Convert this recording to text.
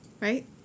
Right